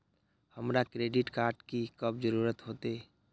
हमरा credit card की कब जरूरत होते?